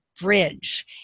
bridge